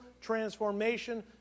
transformation